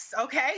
okay